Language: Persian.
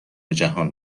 جهان